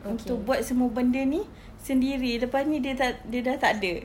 untuk buat semua benda ini sendiri lepas ini dia tak dia sudah tak ada